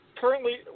currently